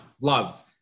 love